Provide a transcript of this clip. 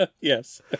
Yes